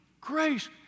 Grace